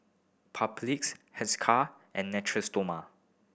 Papulex Hiscar and Natura Stoma